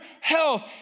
health